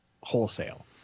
wholesale